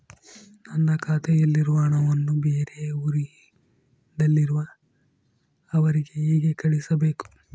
ನನ್ನ ಖಾತೆಯಲ್ಲಿರುವ ಹಣವನ್ನು ಬೇರೆ ಊರಿನಲ್ಲಿರುವ ಅವರಿಗೆ ಹೇಗೆ ಕಳಿಸಬೇಕು?